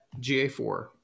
GA4